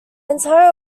entire